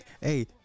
hey